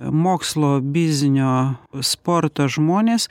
mokslo biznio sporto žmonės